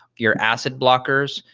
your acid blockers,